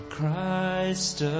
Christ